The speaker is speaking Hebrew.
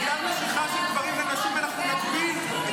בגלל משיכה של גברים לנשים אנחנו נגביל את